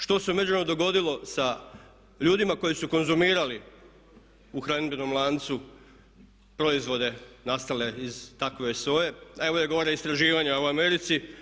Što se u međuvremenu dogodilo sa ljudima koji su konzumirali u hranidbenom lancu proizvode nastale iz takove soje, najbolje govore istraživanja u Americi.